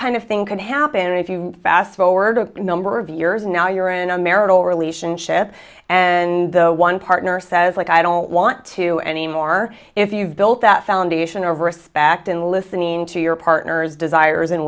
kind of thing can happen if you fast forward a number of years now you're in a marital relationship and the one partner says like i don't want to anymore if you've built that foundation of respect in listening to your partner's desires